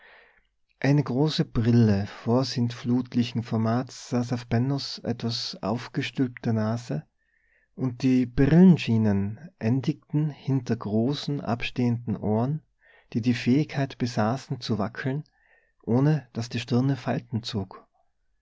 eine große brille vorsintflutlichen formats saß auf bennos etwas aufgestülpter nase und die brillenschienen endigten hinter großen abstehenden ohren die die fähigkeit besaßen zu wackeln ohne daß die stirne falten zog